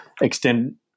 extend